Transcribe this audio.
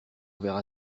verra